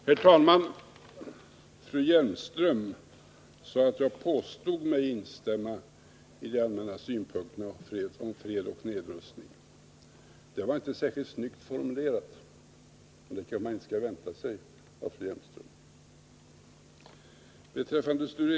Herr talman! Fru Hjelmström sade att jag påstod mig instämma i de allmänna synpunkterna om fred och nedrustning. Det var inte särskilt snyggt formulerat, men det kanske man inte skall vänta sig av fru Hjelmström!